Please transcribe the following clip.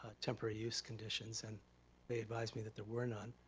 ah temporary use conditions, and they advised me that there were none.